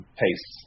pace